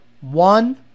one